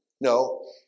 No